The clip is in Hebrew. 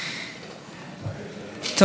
טוב,